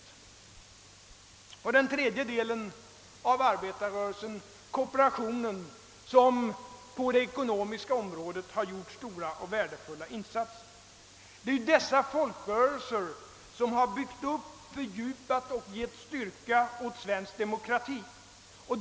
Den tredje delen av arbetarrörelsen är kooperaticnen, som på det ekonomiska området har gjort stora och värdefulla insatser. Det är dessa folkrörelser som har byggt upp, fördjupat och gett styrka åt svensk demokrati.